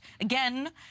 Again